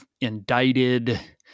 indicted